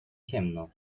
ciemno